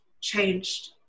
changed